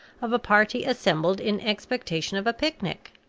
of a party assembled in expectation of a picnic.